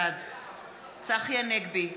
בעד צחי הנגבי,